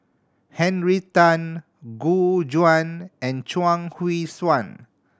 Henry Tan Gu Juan and Chuang Hui Tsuan